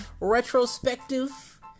retrospective